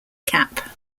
cap